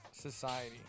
society